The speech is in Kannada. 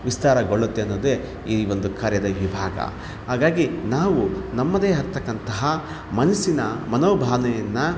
ವಿಸ್ತಾರಗೊಳ್ಳುತ್ತೆ ಅನ್ನೋದೇ ಈ ಒಂದು ಕಾರ್ಯದ ಈ ಭಾಗ ಹಾಗಾಗಿ ನಾವು ನಮ್ಮದೇ ಆಗಿರ್ತಕ್ಕಂತಹ ಮನಸ್ಸಿನ ಮನೋಭಾವನೆಯನ್ನ